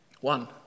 One